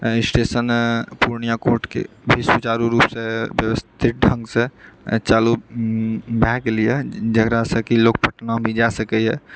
station Purnia कोटके भी सुचारू रूपसँ व्यवस्थित ढ़ंगसँ चालू भए गेल यऽ जेकरासँ कि लोक पटना भी जाऽ सकैए